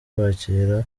kwakira